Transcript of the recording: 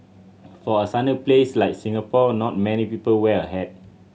for a sunny place like Singapore not many people wear a hat